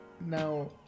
Now